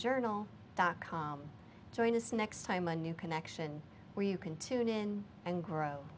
journal dot com join us next time a new connection where you can tune in and grow